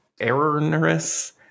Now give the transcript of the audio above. Erroneous